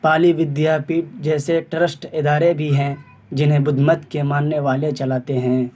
پالی ودیاپی جیسے ٹرسٹ ادارے بھی ہیں جنہیں بدھ مت کے ماننے والے چلاتے ہیں